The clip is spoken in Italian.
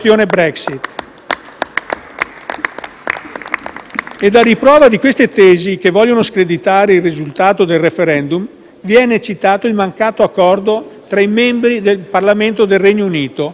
A riprova di queste tesi che vogliono screditare il risultato del *referendum*, viene citato il mancato accordo tra i membri del Parlamento del Regno Unito sulle modalità di uscita dall'Unione.